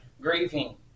grieving